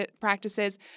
practices